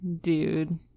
dude